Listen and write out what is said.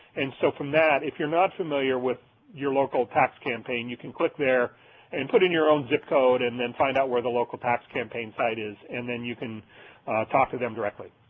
and so from that if you're not familiar with your local tax campaign you can click there and put in your own zip code and then find out where the local tax campaign site is and then you can talk to them directly.